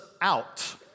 out